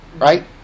Right